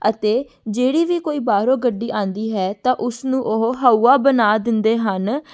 ਅਤੇ ਜਿਹੜੀ ਵੀ ਕੋਈ ਬਾਹਰੋਂ ਗੱਡੀ ਆਉਂਦੀ ਹੈ ਤਾਂ ਉਸ ਨੂੰ ਉਹ ਹਊਆ ਬਣਾ ਦਿੰਦੇ ਹਨ